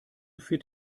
fit